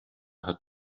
hat